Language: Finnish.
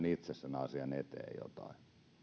itse sen asian eteen jotain